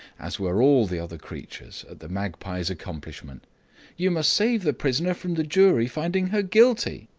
as were all the other creatures, at the magpie's accomplishment you must save the prisoner from the jury finding her guilty.